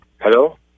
hello